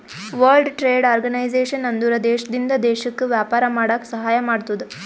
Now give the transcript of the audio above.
world trade organisation ಅಂದುರ್ ದೇಶದಿಂದ್ ದೇಶಕ್ಕ ವ್ಯಾಪಾರ ಮಾಡಾಕ ಸಹಾಯ ಮಾಡ್ತುದ್